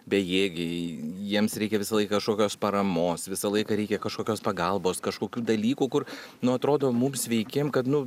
bejėgiai jiems reikia visąlaik kažkokios paramos visą laiką reikia kažkokios pagalbos kažkokių dalykų kur nu atrodo mums sveikiem kad nu